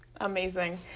Amazing